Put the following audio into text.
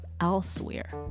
elsewhere